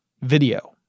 video